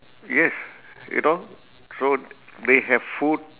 yes you know so they have food